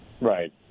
Right